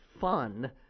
fun